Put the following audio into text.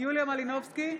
יוליה מלינובסקי,